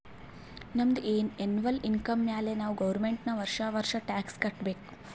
ನಮ್ದು annual income ಮ್ಯಾಲೆ ನಾವ್ ಗೌರ್ಮೆಂಟ್ಗ್ ವರ್ಷಾ ವರ್ಷಾ ಟ್ಯಾಕ್ಸ್ ಕಟ್ಟಬೇಕ್